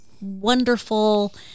wonderful